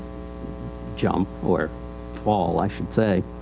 jump or fall i should say.